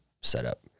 setup